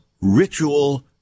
ritual